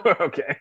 Okay